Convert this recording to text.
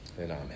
Amen